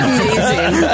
amazing